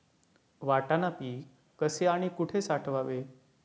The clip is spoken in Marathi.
वाटाणा पीक कसे आणि कुठे साठवावे?